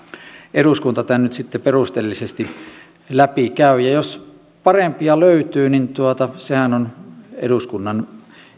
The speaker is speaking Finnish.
eduskunta tämän nyt sitten perusteellisesti läpi käy jos parempia löytyy niin sehän on eduskunnan